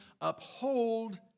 uphold